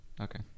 Okay